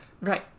Right